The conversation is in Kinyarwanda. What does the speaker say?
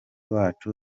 wacu